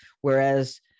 whereas